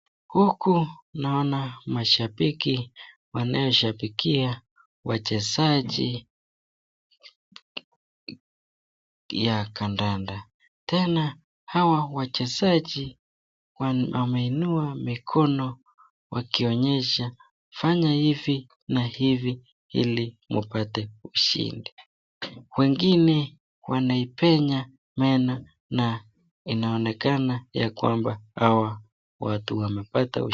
Huku naona mashabiki wanaoshabikia wachezaji ya kandanda. Tena hawa wachezaji wameinua mikono wakionyesha fanya hivi na hivi ili mupate ushindi. Wengine wanaipenya meno na inaonekana ya kwamba hawa watu wamepata ushindi.